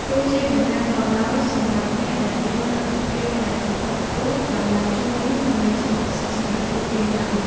ទោះជាយ៉ាងណាក៏ដោយសម្រាប់អ្នកដែលមានលទ្ធភាពហិរញ្ញវត្ថុខ្ពស់តម្លៃជួលនេះមិនមែនជាឧបសគ្គសម្រាប់ពួកគេឡើយ។